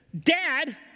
Dad